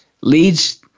leads